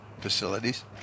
facilities